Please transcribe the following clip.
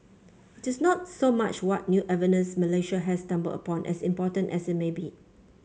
it is not so much what new evidence Malaysia has stumbled upon as important as it may be